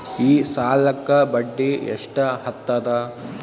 ಈ ಸಾಲಕ್ಕ ಬಡ್ಡಿ ಎಷ್ಟ ಹತ್ತದ?